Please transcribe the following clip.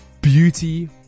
beauty